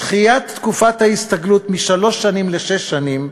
דחיית תקופת ההסתגלות משלוש שנים לשש שנים